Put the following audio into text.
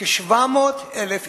כ-700,000 איש.